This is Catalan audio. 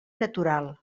natural